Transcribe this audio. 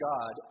God